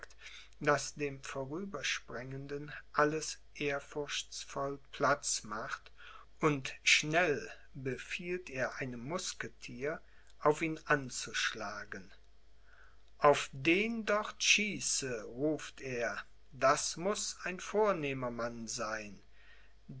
daß dem vorübersprengenden alles ehrfurchtsvoll platz macht und schnell befiehlt er einem musketier auf ihn anzuschlagen auf den dort schieße ruft er das muß ein vornehmer mann sein